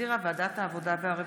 שהחזירה ועדת העבודה והרווחה.